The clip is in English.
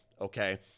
Okay